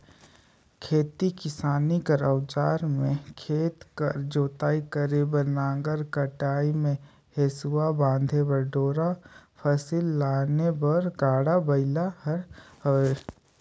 खेती किसानी कर अउजार मे खेत कर जोतई बर नांगर, कटई मे हेसुवा, बांधे बर डोरा, फसिल लाने बर गाड़ा बइला हर हवे